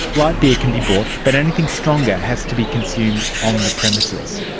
light beer can be bought, but anything stronger has to be consumed on the premises.